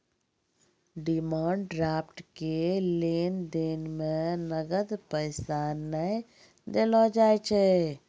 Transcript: demand draft के लेन देन मे नगद पैसा नै देलो जाय छै